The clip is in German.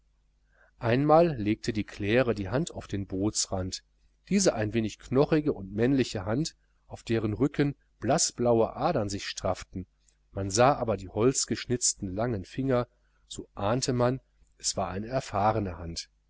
einmal legte die claire die hand auf den bootsrand diese ein wenig knochige und männliche hand auf deren rücken blaßblaue adern sich strafften sah man aber die holzgeschnitzten langen finger so ahnte man es war eine erfahrene hand